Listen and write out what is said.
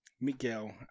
Miguel